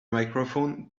microphone